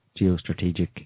geostrategic